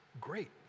great